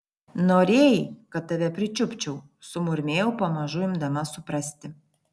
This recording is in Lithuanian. norėjai kad tave pričiupčiau sumurmėjau pamažu imdama suprasti